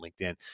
LinkedIn